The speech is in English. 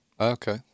Okay